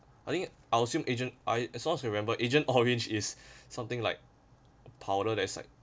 I think I assume agent I as long as you remember agent orange is something like a powder that is like